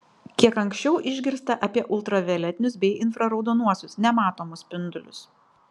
kiek anksčiau išgirsta apie ultravioletinius bei infraraudonuosius nematomus spindulius